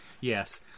Yes